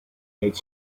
made